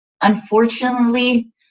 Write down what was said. unfortunately